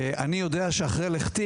"אני יודע שאחרי לכתי